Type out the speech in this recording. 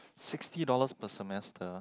sixty dollars per semester